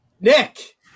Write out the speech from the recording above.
Nick